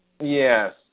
Yes